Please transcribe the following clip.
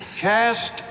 cast